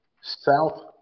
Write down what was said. South